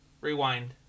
Rewind